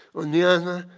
on the other,